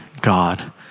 God